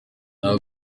nta